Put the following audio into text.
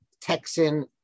Texan